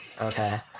Okay